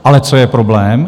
Ale co je problém?